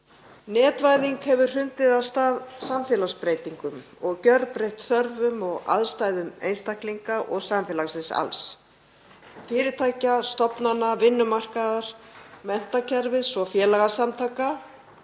Netvæðing hefur hrundið af stað samfélagsbreytingum og gjörbreytt þörfum og aðstæðum einstaklinga og samfélagsins alls; fyrirtækja, stofnana, vinnumarkaðar, menntakerfis og félagasamtaka.